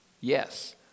Yes